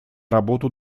работу